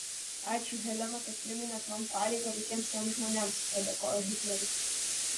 ačiū helena kad priminėt man pareigą visiems tiems žmonėms padėkojo hitleris